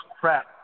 crap